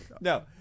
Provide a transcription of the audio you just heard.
No